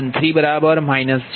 4285 p